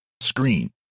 screen